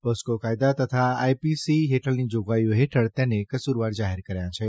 POCSO કાયદા તથા IPC હેઠળની જાગવાઇઓ હેઠળ તેને કસુરવાર જાહેર કર્યા છે